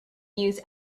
use